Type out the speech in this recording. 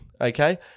okay